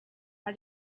how